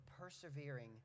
persevering